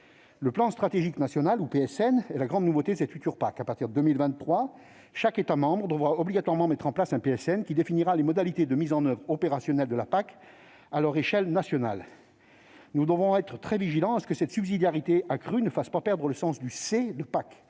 Le plan stratégique national (PSN) est la grande nouveauté de cette future PAC. À partir de 2023, chaque État membre devra obligatoirement mettre en place un PSN qui définira les modalités de mise en oeuvre opérationnelle de la PAC à l'échelle nationale. Nous devrons être très vigilants afin que cette subsidiarité accrue ne fasse pas perdre le sens du « C